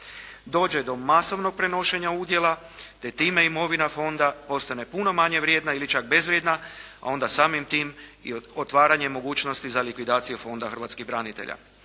dođe do masovnog prenošenja udjela te time imovina fonda postane puno manje vrijedna ili čak bezvrijedna a onda samim tim i otvaranje mogućnosti za likvidaciju Fonda hrvatskih branitelja.